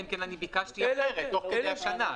אלא אם כן אני ביקשתי תוך כדי השנה.